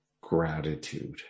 gratitude